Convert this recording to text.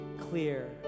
clear